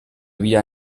wieder